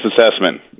assessment